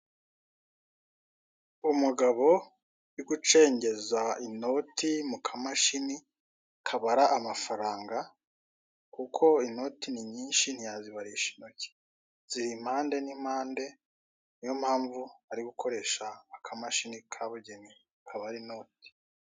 Umugabo uri gucengeza inote mu kamashini kabara mafaranga kuko inote ni nyinshi ntiyazibarisha intoki ziri impande n'impande niyo mpamvu ari gukoresha akamashini kabugenewe kabara inote.